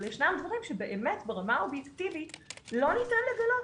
אבל ישנם דברים שבאמת ברמה האובייקטיבית לא ניתן לגלות.